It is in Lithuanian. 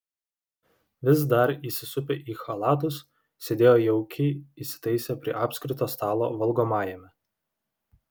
vis dar įsisupę į chalatus sėdėjo jaukiai įsitaisę prie apskrito stalo valgomajame